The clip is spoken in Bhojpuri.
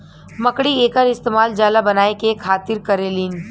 मकड़ी एकर इस्तेमाल जाला बनाए के खातिर करेलीन